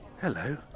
Hello